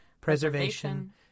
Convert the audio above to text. preservation